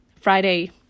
Friday